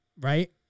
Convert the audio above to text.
Right